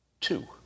two